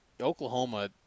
Oklahoma